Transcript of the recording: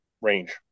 range